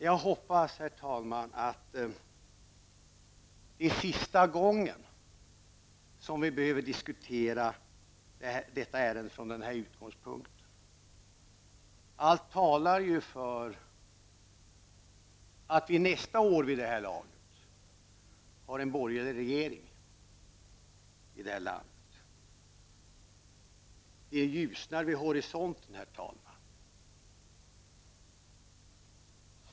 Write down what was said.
Jag hoppas, herr talman, att det är sista gången som vi behöver diskutera detta ärende från den här utgångspunkten. Allt talar ju för att vi nästa år vid det här laget har en borgerlig regering i detta land. Det ljusnar vid horisonten, herr talman.